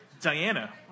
Diana